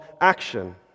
action